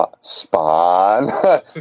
Spawn